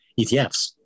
ETFs